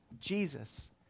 Jesus